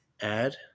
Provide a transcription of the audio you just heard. add